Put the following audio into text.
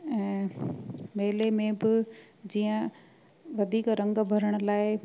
ऐं मेले में बि जीअं वधीक रंग भरण लाइ